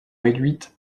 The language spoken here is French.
réduites